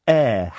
air